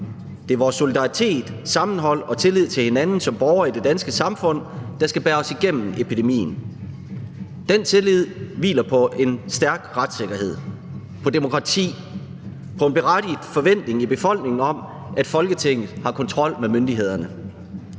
Det er vores solidaritet, sammenhold og tillid til hinanden som borgere i det danske samfund, der skal bære os igennem epidemien. Den tillid hviler på en stærk retssikkerhed og demokrati og på en berettiget forventning i befolkningen om, at Folketinget har kontrol med myndighederne.